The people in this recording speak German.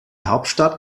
hauptstadt